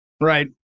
Right